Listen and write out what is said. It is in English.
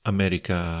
America